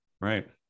right